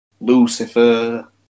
Lucifer